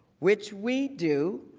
which we do,